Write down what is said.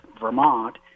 Vermont